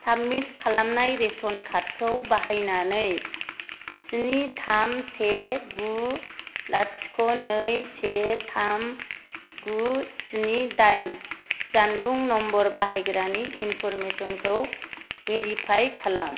submit खालामनाय ration कार्डखौ बाहायनानै स्नि थाम से गु लाथिख' नै से थाम गु स्नि दाइन जानबुं नम्बर बाहायग्रानि इनफरमेसनखौ भेरिफाइ खालाम